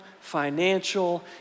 financial